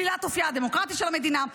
או את אופייה הדמוקרטי של המדינה,